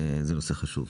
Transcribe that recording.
זה נושא חשוב.